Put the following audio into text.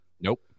nope